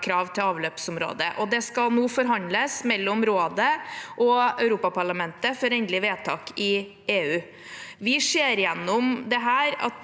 krav til avløpsområdet, og det skal nå forhandles mellom Rådet og Europaparlamentet før endelig vedtak i EU. Vi ser gjennom dette